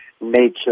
nature